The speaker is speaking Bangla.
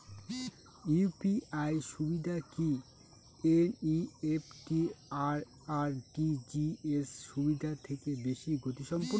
ইউ.পি.আই সুবিধা কি এন.ই.এফ.টি আর আর.টি.জি.এস সুবিধা থেকে বেশি গতিসম্পন্ন?